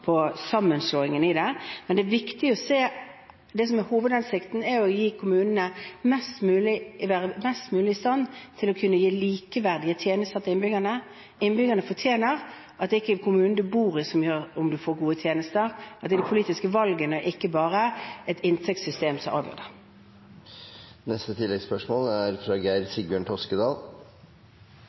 sammenslåingen. Det som er hovedhensikten, er at kommunene er mest mulig i stand til å kunne gi likeverdige tjenester til innbyggerne. Innbyggerne fortjener at det ikke er kommunen du bor i, som avgjør om du får gode tjenester, men at det er de politiske valgene og ikke bare et inntektssystem som avgjør det.